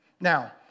Now